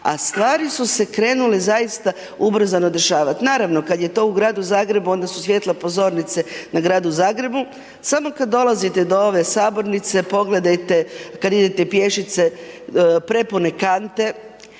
A stvari su se krenule zaista ubrzano dešavati. Naravno kada je to u Gradu Zagrebu, onda su svjetla pozornice na Gradu Zagrebu. Samo kada dolazite do ove sabornice, pogledajte, kada idete pješice, prepune kante.